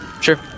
Sure